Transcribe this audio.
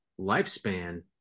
lifespan